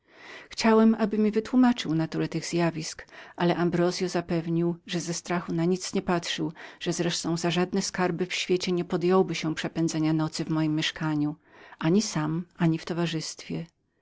chciałem aby mi wytłumaczył naturę tych zjawisk ale ambrozio zapewnił że ze strachu na nic nie patrzył że z resztą za żadne skarby w świecie nie podejmował się przepędzenia nocy w mojem pomieszkaniu ani sam ani w towarzystwie